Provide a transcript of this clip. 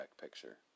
picture